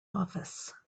office